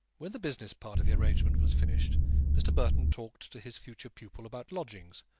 when the business part of the arrangement was finished mr. burton talked to his future pupil about lodgings,